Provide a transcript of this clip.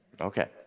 Okay